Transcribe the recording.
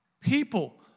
people